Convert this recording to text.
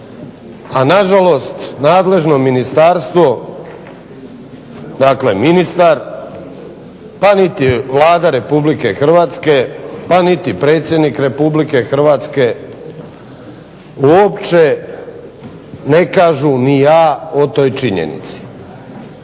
a nažalost nadležno ministarstvo dakle ministar pa niti Vlada Republike Hrvatske pa niti predsjednik Republike Hrvatske uopće ne kažu ni A o toj činjenici.